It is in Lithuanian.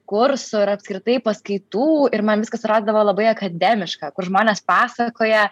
kursų ir apskritai paskaitų ir man viskas atrodydavo labai akademiška kur žmonės pasakoja